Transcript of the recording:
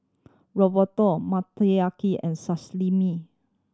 Ravioli Motoyaki and Salami